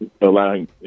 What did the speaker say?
allowing